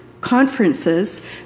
conferences